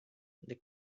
the